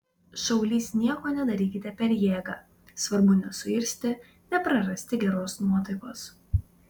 šaulys nieko nedarykite per jėgą svarbu nesuirzti neprarasti geros nuotaikos